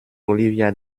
olivia